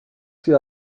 sie